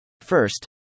First